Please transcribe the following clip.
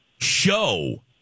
show